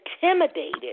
intimidated